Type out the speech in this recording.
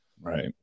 Right